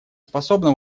способна